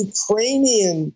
Ukrainian